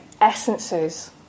essences